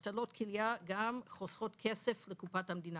השתלות כליה גם חוסכות כסף לקופת המדינה: